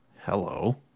Hello